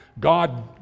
god